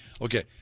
Okay